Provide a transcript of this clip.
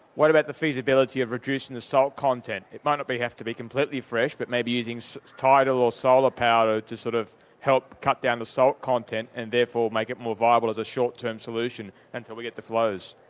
what about the feasibility of reducing the salt content? it might have to be completely fresh but maybe using so tidal or solar power to to sort of help cut down the salt content and therefore make it more viable as a short term solution until we get the flows.